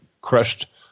crushed